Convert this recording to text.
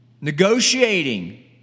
Negotiating